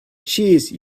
cheese